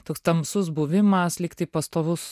toks tamsus buvimas lygtai pastovus